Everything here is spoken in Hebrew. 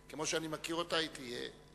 כמו שאני מכיר אותה, היא תהיה.